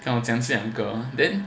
等我讲一下 then